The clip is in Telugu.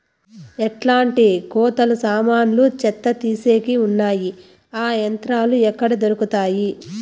ఎట్లాంటి కోతలు సామాన్లు చెత్త తీసేకి వున్నాయి? ఆ యంత్రాలు ఎక్కడ దొరుకుతాయి?